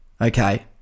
Okay